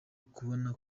kubona